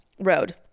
road